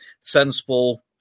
sensible